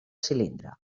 cilindre